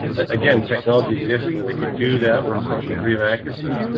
again technology exists where they could do that with a certain degree of accuracy